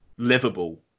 livable